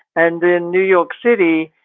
and in new york city,